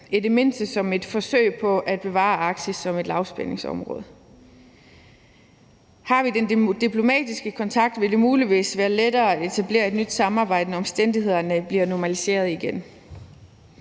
i det mindste som et forsøg på at bevare Arktis som lavspændingsområde. Har vi den diplomatiske kontakt, vil det muligvis være lettere at etablere et nyt samarbejde, når omstændighederne bliver normaliseret igen.